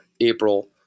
April